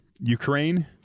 Ukraine